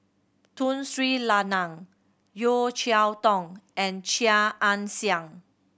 Tun Sri Lanang Yeo Cheow Tong and Chia Ann Siang